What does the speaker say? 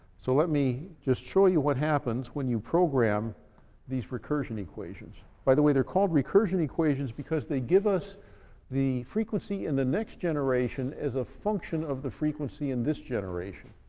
so let me just show you what happens when you program these recursion equations. by the way, they're called recursion equations because they give us the frequency in the next generation as a function of the frequency in this generation.